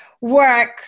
work